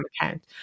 account